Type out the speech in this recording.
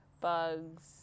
bugs